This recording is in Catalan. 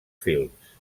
films